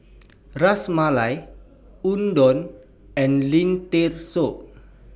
Ras Malai Udon and Lentil Soup